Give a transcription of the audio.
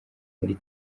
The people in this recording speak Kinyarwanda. muri